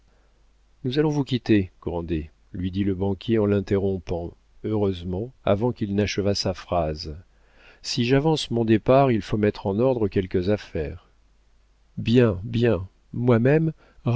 nous allons vous quitter grandet lui dit le banquier en l'interrompant heureusement avant qu'il achevât sa phrase si j'avance mon départ il faut mettre en ordre quelques affaires bien bien moi-même